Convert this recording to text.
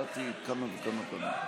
שוויונית ומשותפת לא נתקבלה.